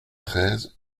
treize